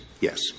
yes